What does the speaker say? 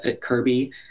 Kirby